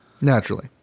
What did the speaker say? Naturally